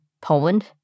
Poland